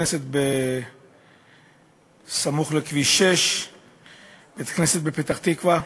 בית-כנסת סמוך לכביש 6 ובית-כנסת בפתח-תקווה,